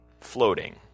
floating